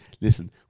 Listen